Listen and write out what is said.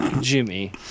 Jimmy